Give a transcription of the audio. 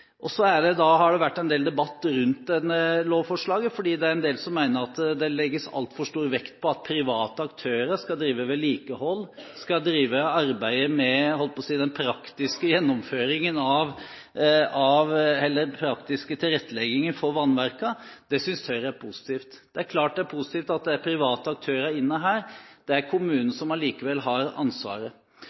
Så har det vært en del debatt rundt dette lovforslaget. Det er en del som mener at det legges altfor stor vekt på at private aktører skal drive vedlikehold, skal drive arbeidet med – jeg holdt på å si – den praktiske tilretteleggingen for vannverkene. Det synes Høyre er positivt. Det er klart det er positivt at det er private aktører inne her. Det er kommunen som allikevel har ansvaret.